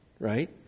Right